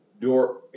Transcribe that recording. door